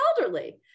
elderly